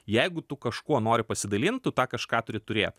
jeigu tu kažkuo nori pasidalint tu tą kažką turi turėt